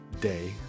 day